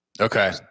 Okay